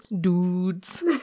Dudes